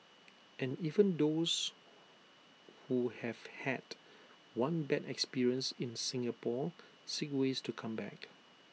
and even those who have had one bad experience in Singapore seek ways to come back